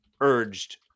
urged